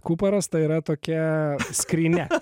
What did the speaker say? kuparas tai yra tokia skrynia